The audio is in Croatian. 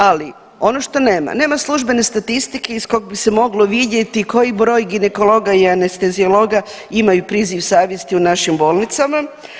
Ali ono što nema, nema službene statistike iz kog bi se moglo vidjeti koji broj ginekologa i anesteziologa imaju priziv savjesti u našim bolnicama.